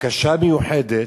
בקשה מיוחדת,